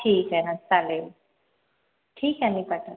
ठीक आहे हां चालेल ठीक आहे मी पाठव